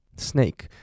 snake